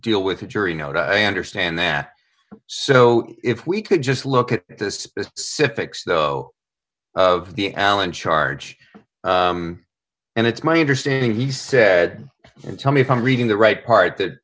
deal with a jury note i understand that so if we could just look at this six though of the allen charge and it's my understanding he said and tell me if i'm reading the right part that